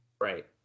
Right